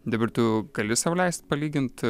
dabar tu gali sau leist palygint